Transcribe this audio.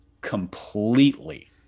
completely